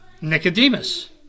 Nicodemus